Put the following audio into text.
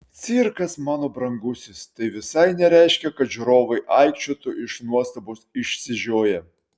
cirkas mano brangusis tai visai nereiškia kad žiūrovai aikčiotų iš nuostabos išsižioję